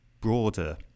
broader